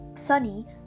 Sunny